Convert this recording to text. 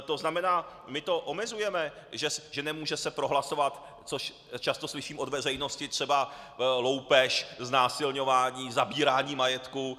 To znamená, my to omezujeme, že se nemůže prohlasovat, což často slyším od veřejnosti, třeba loupež, znásilňování, zabírání majetku.